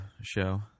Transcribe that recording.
show